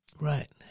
Right